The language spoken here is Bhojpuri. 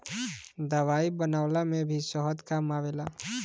दवाई बनवला में भी शहद काम आवेला